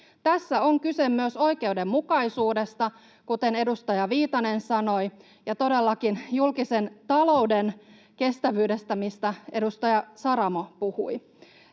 Tässä on kyse myös oikeudenmukaisuudesta, kuten edustaja Viitanen sanoi, ja todellakin julkisen talouden kestävyydestä, mistä edustaja Saramo puhui.